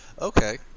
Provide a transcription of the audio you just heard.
Okay